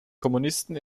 kommunisten